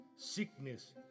Sickness